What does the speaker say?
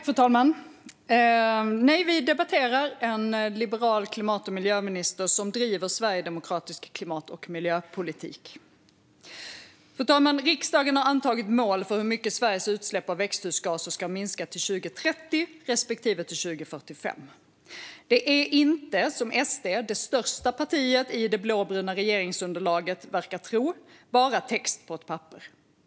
Fru talman! Vi debatterar med en liberal klimat och miljöminister som driver sverigedemokratisk klimat och miljöpolitik. Riksdagen har antagit mål för hur mycket Sveriges utsläpp av växthusgaser ska minska till 2030 respektive 2045. Det är inte - som SD, det största partiet i det blåbruna regeringsunderlaget, verkar tro - bara text på ett papper.